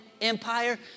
Empire